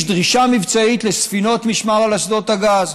דרישה מבצעית לספינות משמר על אסדות הגז.